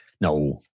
no